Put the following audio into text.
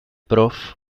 prof